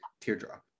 Teardrop